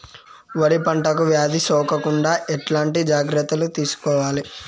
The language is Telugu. వరి పంటకు వ్యాధి సోకకుండా ఎట్లాంటి జాగ్రత్తలు తీసుకోవాలి?